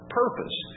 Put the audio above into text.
purpose